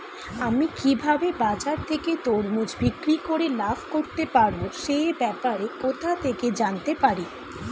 আমি কিভাবে বাজার থেকে তরমুজ বিক্রি করে লাভ করতে পারব সে ব্যাপারে কোথা থেকে জানতে পারি?